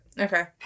okay